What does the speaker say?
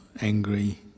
angry